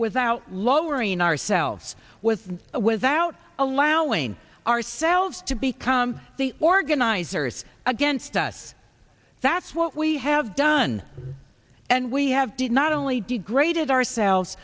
without lowering ourselves with or without allowing ourselves to become the organizers against us that's what we have done and we have did not only degraded ourselves